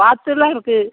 வாத்தெலாம் இருக்குது